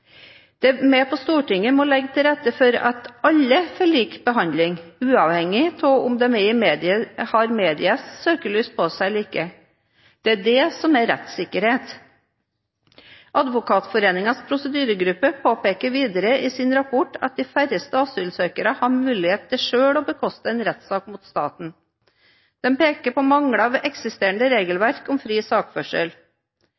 at alle får lik behandling, uavhengig av om de har medias søkelys på seg eller ikke. Det er det som er rettssikkerhet. Advokatforeningens prosedyregruppe påpeker videre i sin rapport at de færreste asylsøkere har mulighet til selv å bekoste en rettssak mot staten. De peker på mangler ved eksisterende